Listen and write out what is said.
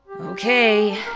Okay